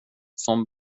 som